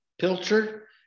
pilcher